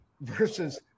versus